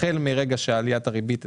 החל מרגע שעליית הריבית התחילה.